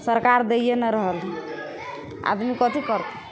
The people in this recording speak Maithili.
सरकार दैए नहि रहल हइ आदमी कथी करतै